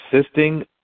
assisting